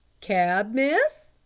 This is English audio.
cab, miss?